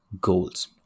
goals